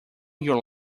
your